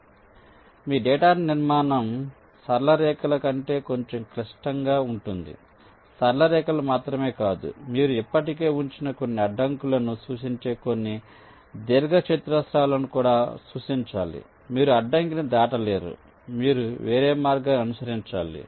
కాబట్టి మీ డేటా నిర్మాణం సరళ రేఖల కంటే కొంచెం క్లిష్టంగా ఉంటుంది సరళ రేఖలు మాత్రమే కాదు మీరు ఇప్పటికే ఉంచిన కొన్ని అడ్డంకులను సూచించే కొన్ని దీర్ఘచతురస్రాలను కూడా సూచించాలి మీరు అడ్డంకిని దాటలేరు మీరు వేరే మార్గాన్ని అనుసరించాలి